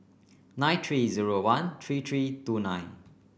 nine three zero one three three two nine